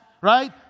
right